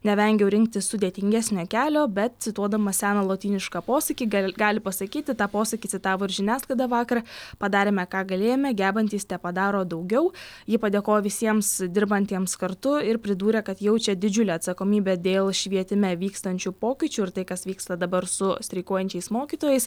nevengiau rinktis sudėtingesnio kelio bet cituodama seną lotynišką posakį gal gali pasakyti tą posakį citavo žiniasklaida vakar padarėme ką galėjome gebantys tepadaro daugiau ji padėkojo visiems dirbantiems kartu ir pridūrė kad jaučia didžiulę atsakomybę dėl švietime vykstančių pokyčių ir tai kas vyksta dabar su streikuojančiais mokytojais